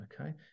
Okay